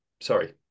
sorry